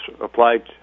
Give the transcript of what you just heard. applied